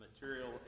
material